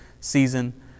season